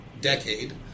decade